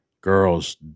girls